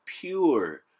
pure